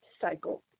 cycle